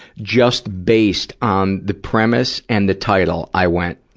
just based on the premise and the title, i went,